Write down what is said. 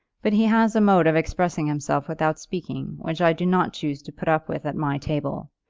but he has a mode of expressing himself without speaking, which i do not choose to put up with at my table.